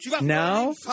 now